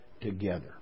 together